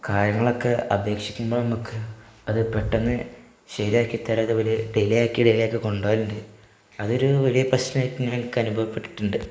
കാര്യങ്ങളൊക്കെ അപേക്ഷിക്കുമ്പോള് നമുക്ക് അത് പെട്ടെന്ന് ശരിയാക്കിത്തരാത്തവര് ഡിലെ ആക്കി ഡിലെ ആക്കി കൊണ്ടുപോകാറുണ്ട് അതൊരു വലിയ പ്രശ്നമായിട്ട് ഞങ്ങക്കനുഭവപ്പെട്ടിട്ടുണ്ട്